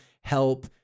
help